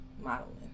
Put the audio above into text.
modeling